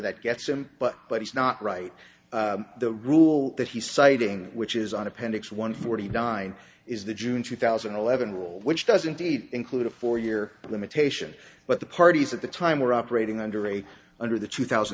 that gets him but but he's not right the rule that he's citing which is an appendix one forty nine is the june two thousand and eleven rule which does indeed include a four year limitation but the parties at the time were operating under a under the two thousand